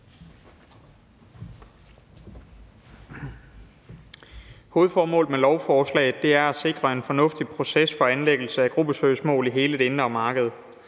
Hovedformålet med lovforslaget er at sikre en fornuftig proces for anlæggelse af gruppesøgsmål i hele det indre marked,